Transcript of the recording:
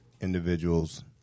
individuals